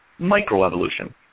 microevolution